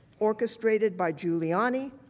orchestrated by giuliani,